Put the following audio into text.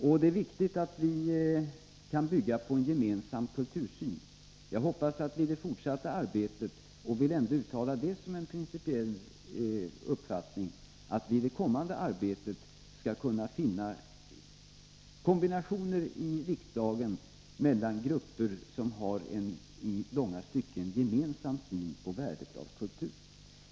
Och det är viktigt att vi kan bygga på en gemensam kultursyn. Jag vill som en principiell uppfattning uttala att jag hoppas att vi i det kommande arbetet skall kunna finna kombinationer i riksdagen mellan grupper som har en i långa stycken gemensam syn på värdet av kultur.